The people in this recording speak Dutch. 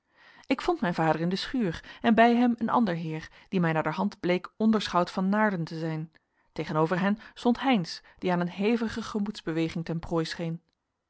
ik vond mijn vader in de schuur en bij hem een ander heer die mij naderhand bleek onderschout van naarden te zijn tegen over hen stond heynsz die aan een hevige gemoedsbeweging ten